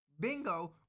Bingo